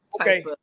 Okay